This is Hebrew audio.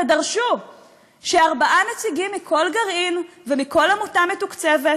ודרשו שארבעה נציגים מכל גרעין ומכל עמותה מתוקצבת